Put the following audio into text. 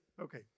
okay